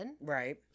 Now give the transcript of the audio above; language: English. right